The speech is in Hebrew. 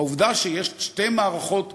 העובדה שיש שתי מערכות חינוך,